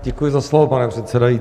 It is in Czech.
Děkuji za slovo, pane předsedající.